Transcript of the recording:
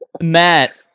Matt